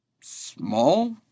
Small